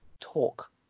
talk